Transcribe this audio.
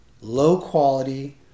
low-quality